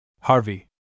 Harvey